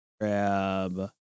grab